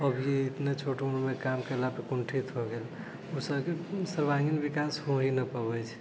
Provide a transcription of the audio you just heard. अभी इतना छोटो उम्र मे काम केला पे कुंठित हो गेल उसबके सर्वांगीन विकास हो ही ना पबै छै